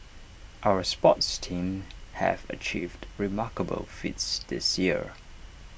our sports teams have achieved remarkable feats this year